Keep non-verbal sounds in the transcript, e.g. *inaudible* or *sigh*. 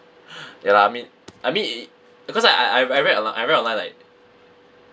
*breath* ya lah I mean I mean it because I I I I read online I read online like